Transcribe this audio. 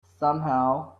somehow